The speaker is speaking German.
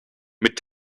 mit